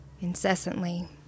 incessantly